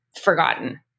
forgotten